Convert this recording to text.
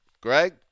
Greg